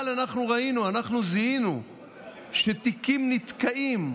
אבל אנחנו זיהינו שתיקים נתקעים.